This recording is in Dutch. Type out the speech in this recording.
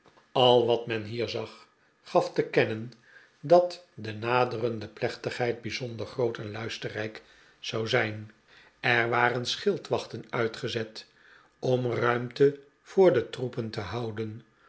al wat men hier zag gaf te kennen dat de naderende plechtigheid bijzonder groot en luisterrijk zou zijn er waren schildwachten uitgezet om ruimte voor de troepen te houden